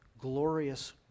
glorious